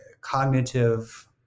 cognitive